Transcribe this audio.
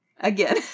again